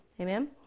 Amen